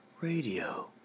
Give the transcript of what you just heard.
Radio